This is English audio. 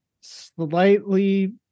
slightly